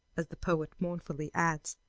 as the poet mournfully adds,